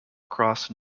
across